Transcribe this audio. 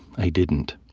i didn't.